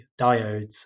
diodes